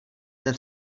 ten